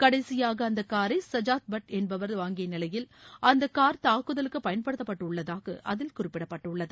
கடைசியாக அந்த காரை சஜாத் பட் என்பவர் வாங்கிய நிலையில் அந்த கார் தாக்குதலுக்கு பயன்படுத்தப்பட்டுள்ளதாக அதில் குறிப்பிடப்பட்டுள்ளது